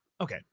okay